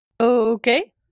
Okay